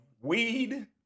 weed